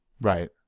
Right